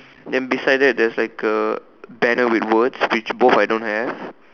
then beside that there's like a banner with words which both I don't have